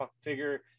figure